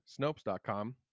Snopes.com